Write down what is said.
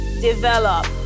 Develop